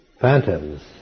phantoms